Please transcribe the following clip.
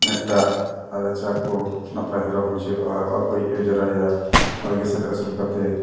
ᱢᱤᱫᱴᱟᱜ ᱨᱟᱪᱟ ᱠᱚ ᱱᱟᱯᱟᱭ ᱫᱷᱟᱨᱟ ᱵᱩᱡᱷᱟᱹᱜᱼᱟ ᱵᱟᱠᱚ ᱚᱡᱽᱨᱟᱭᱟ ᱵᱟᱲᱜᱮ ᱥᱮᱫ ᱨᱮ ᱟᱹᱥᱩᱞ ᱠᱟᱛᱮᱫ